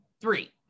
Three